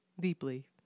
deeply